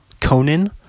conan